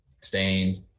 Stained